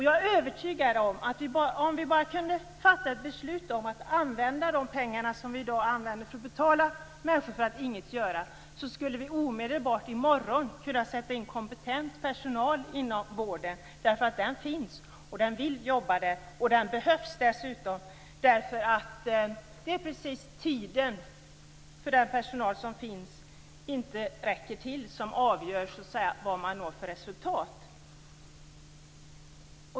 Jag är övertygad att om vi bara fattade beslut om att använda de pengar som vi i dag använder till att betala människor för att inget göra, skulle vi omedelbart - i morgon - kunna sätta in kompetent personal inom vården. Den personalen finns. Den vill jobba. Den behövs dessutom. Det är ju just tiden som inte räcker till för den personal som finns som avgör vad man når för resultat.